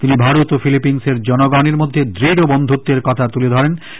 তিনি ভারত এবং ফিলিপিন্সের জনগণের মধ্যে দ্ঢ বন্ধুত্বের কথা স্মরণ করেন